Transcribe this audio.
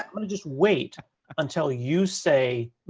i'm gonna just wait until you say ah,